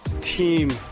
team